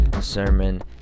sermon